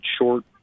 short